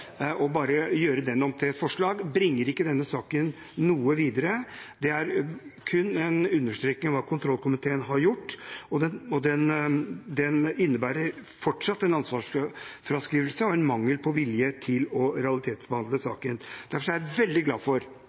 gjøre den om til et forslag, bringer ikke denne saken noe videre. Det er kun en understreking av hva kontrollkomiteen har gjort, og innebærer fortsatt en ansvarsfraskrivelse og en mangel på vilje til å realitetsbehandle saken. Derfor er jeg veldig glad for